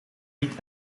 niet